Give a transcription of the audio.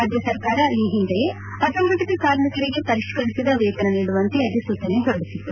ರಾಜ್ಯ ಸರ್ಕಾರ ಈ ಹಿಂದೆಯೇ ಅಸಂಘಟಿತ ಕಾರ್ಮಿಕರಿಗೆ ಪರಿಷ್ಠರಿಸಿದ ವೇತನ ನೀಡುವಂತೆ ಅಧಿಸೂಚನೆ ಹೊರಡಿಸಿತ್ತು